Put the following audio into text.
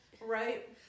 right